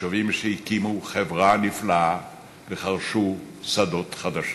יישובים שהקימו חברה נפלאה וחרשו שדות חדשים,